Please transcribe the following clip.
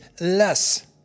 less